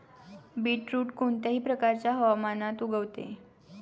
beetroot कोणत्याही प्रकारच्या हवामानात उगवते